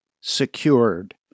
secured